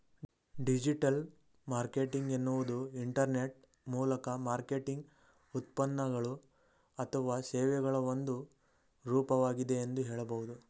digital marketing ಎನ್ನುವುದು internet ಮೂಲಕ marketing ಉತ್ಪನ್ನಗಳು ಅಥವಾ ಸೇವೆಗಳ ಒಂದು ರೂಪವಾಗಿದೆ ಎಂದು ಹೇಳಬಹುದು